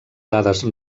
dades